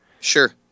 Sure